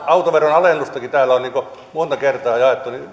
autoveron alennustakin täällä on monta kertaa jaettu niin